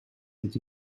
dit